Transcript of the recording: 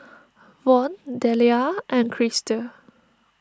Von Deliah and Chrystal